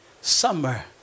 summer